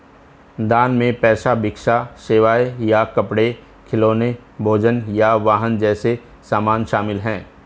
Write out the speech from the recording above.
दान में पैसा भिक्षा सेवाएं या कपड़े खिलौने भोजन या वाहन जैसे सामान शामिल हैं